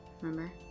Remember